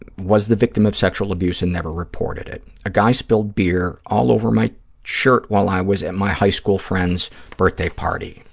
and was the victim of sexual abuse and never reported it. a guy spilled beer all over my shirt while i was at my high school friend's birthday party.